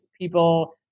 people